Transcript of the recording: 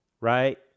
right